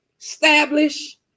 establish